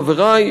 חברי,